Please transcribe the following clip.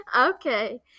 Okay